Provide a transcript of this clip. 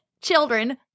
children